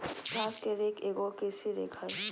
घास के रेक एगो कृषि रेक हइ